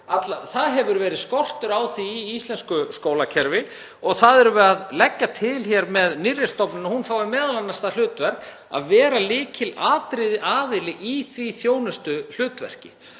Það hefur verið skortur á því í íslensku skólakerfi og það erum við að leggja til hér með nýrri stofnun, að hún fái m.a. það hlutverk að vera lykilaðili í því þjónustuhlutverki.